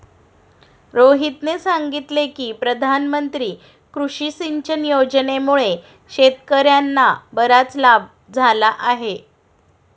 रोहितने सांगितले की प्रधानमंत्री कृषी सिंचन योजनेमुळे शेतकर्यांना बराच लाभ झाला आहे